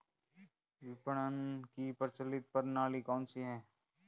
विपणन की प्रचलित प्रणाली कौनसी है?